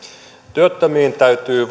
työttömiin täytyy